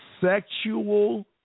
sexual